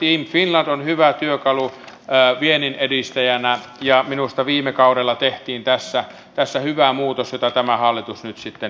team finland on hyvä työkalu vienninedistäjänä ja minusta viime kaudella tehtiin tässä hyvä muutos jota tämä hallitus nyt sitten jatkaa